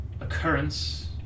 occurrence